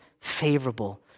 favorable